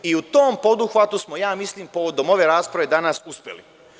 U tom poduhvatu smo ja mislim povodom ove rasprave danas uspeli.